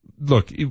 Look